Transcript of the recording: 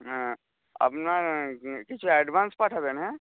হ্যাঁ আপনার কিছু অ্যাডভান্স পাঠাবেন হ্যাঁ